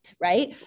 right